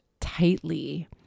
tightly